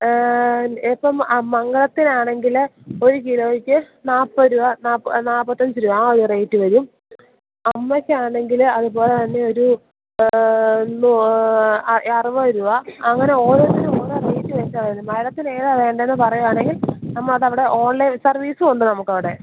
എപ്പം ആ മംഗളത്തിനാണെങ്കിൽ ഒരു കിലോയ്ക്ക് നാൽപത് രൂപ നാല്പത്തഞ്ച് രൂപ ആ ഒരു റേറ്റ് വരും അമ്മക്കാണെങ്കിൽ അതുപോലെ തന്നെയൊരു അറുപത് രൂപ അങ്ങനെ ഓരോന്നിനും ഓരോ റേറ്റ് വെച്ചാണ് വരുന്നത് മാഡത്തിന് ഏതാ വേണ്ടതെന്ന് പറയുവാണെങ്കിൽ നമ്മൾ അത് അവിടെ ഓൺലൈൻ സർവ്വീസും ഉണ്ട് നമുക്കവടെ